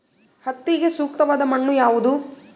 ಹತ್ತಿಗೆ ಸೂಕ್ತವಾದ ಮಣ್ಣು ಯಾವುದು?